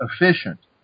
efficient